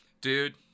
Dude